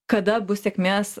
kada bus sėkmės